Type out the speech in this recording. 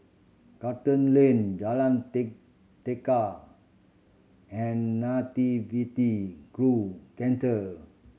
Charlton Lane Jalan Tekad and Nativity Grove Centre